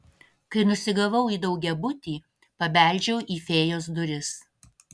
kai nusigavau į daugiabutį pabeldžiau į fėjos duris